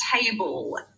table